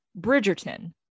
Bridgerton